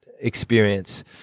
experience